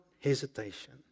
hesitation